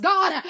God